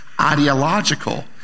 ideological